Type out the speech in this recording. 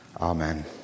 amen